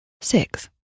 six